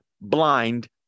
blind